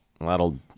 That'll